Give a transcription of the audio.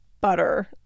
butter